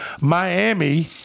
Miami